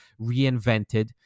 reinvented